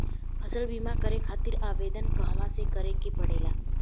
फसल बीमा करे खातिर आवेदन कहाँसे करे के पड़ेला?